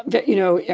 but you know,